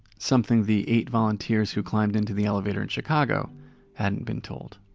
something the eight volunteers who climbed into the elevator in chicago hadn't been told.